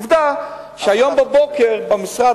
עובדה שהיום בבוקר במשרד,